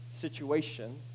situation